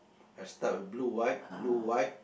I start with blue white blue white